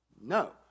No